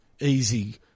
easy